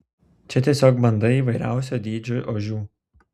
čia pat tiesiog banda įvairiausių dydžių ožių